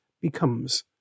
becomes